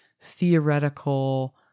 theoretical